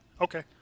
Okay